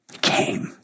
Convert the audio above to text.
came